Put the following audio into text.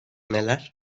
neler